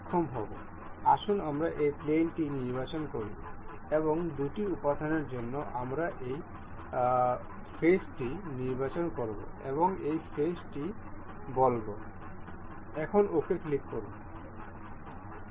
আসুন আমরা এই প্লেনটি নির্বাচন করি এবং দুটি উপাদানের জন্য আমরা এই ফেস টি নির্বাচন করব এবং এই ফেস টি বলব OK ক্লিক করুন